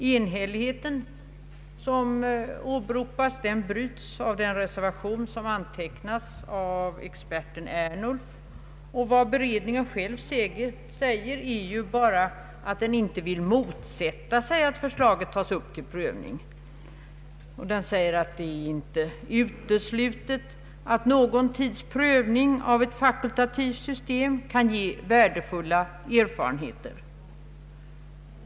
Enhälligheten som åberopas bryts av experten Ernulfs reservation, och beredningen säger endast att den inte vill motsätta sig att förslaget tas upp till prövning. Man säger att det inte är uteslutet att någon tids prövning av ett fakultativt system kan ge värdefulla erfarenheter.